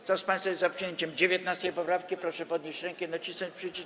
Kto z państwa jest za przyjęciem 19. poprawki, proszę podnieść rękę i nacisnąć przycisk.